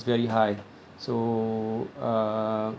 is very high so uh